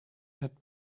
had